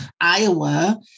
Iowa